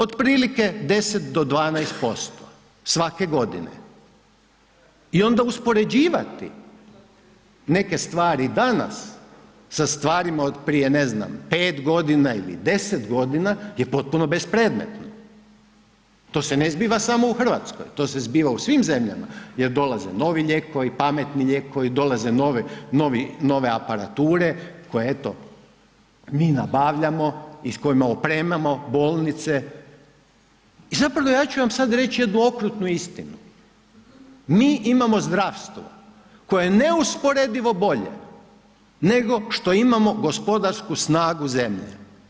Otprilike 10 do 12% svake godine i onda uspoređivati neke stvari danas sa stvarima od prije ne znam 5.g. ili 10.g. je potpuno bespredmetno, to se ne zbiva samo u RH, to se zbiva u svim zemljama jer dolaze novi lijek, koji pametni lijek, koje dolaze nove aparature koje eto mi nabavljamo i s kojima opremamo bolnice i zapravo ja ću vam sad reć jednu okrutnu istinu, mi imamo zdravstvo koje je neusporedivo bolje nego što imamo gospodarsku snagu zemlje.